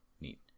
neat